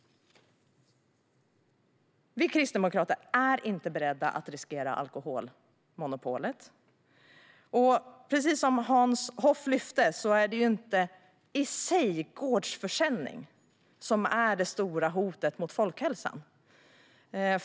Vi kristdemokrater är inte beredda att riskera alkoholmonopolet. Och precis som Hans Hoff lyfte är det inte gårdsförsäljning i sig som är det stora hotet mot folkhälsan.